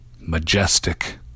majestic